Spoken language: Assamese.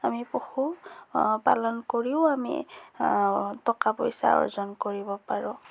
আমি পশু পালন কৰিও আমি টকা পইচা অৰ্জন কৰিব পাৰোঁ